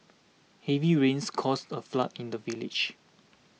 heavy rains caused a flood in the village